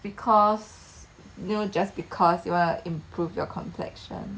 because they will just because you want to improve your complex [one]